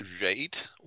rate